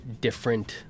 different